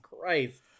christ